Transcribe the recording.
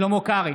שלמה קרעי,